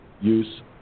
use